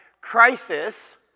crisis